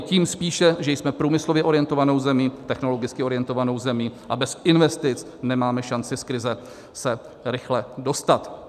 Tím spíše, že jsme průmyslově orientovanou zemí, technologicky orientovanou zemí, a bez investic nemáme šanci se z krize rychle dostat.